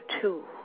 two